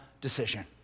decision